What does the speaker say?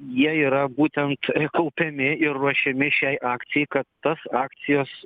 jie yra būtent kaupiami ir ruošiami šiai akcijai kad tas akcijos